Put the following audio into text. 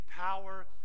power